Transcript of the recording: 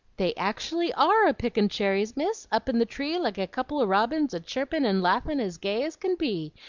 they actually are a-picking cherries, miss, up in the tree like a couple of robins a-chirpin' and laughin' as gay as can be,